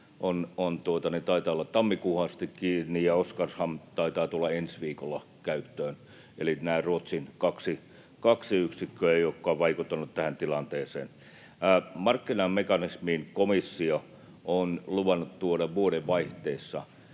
taitaa olla tammikuuhun asti kiinni ja Oskarshamn taitaa tulla ensi viikolla käyttöön eli nämä Ruotsin kaksi yksikköä, jotka ovat vaikuttaneet tähän tilanteeseen. Markkinamekanismiin komissio on luvannut tuoda vuodenvaihteessa